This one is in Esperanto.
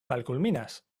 malkulminas